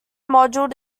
modeled